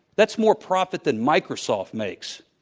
that's more profit than microsoft makes.